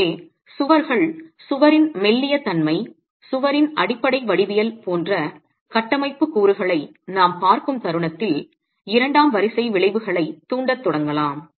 எனவே சுவர்கள் சுவரின் மெல்லிய தன்மை சுவரின் அடிப்படை வடிவியல் போன்ற கட்டமைப்பு கூறுகளை நாம் பார்க்கும் தருணத்தில் இரண்டாம் வரிசை விளைவுகளைத் தூண்டத் தொடங்கலாம்